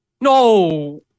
No